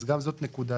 אז גם זאת נקודה.